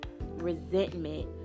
resentment